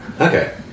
Okay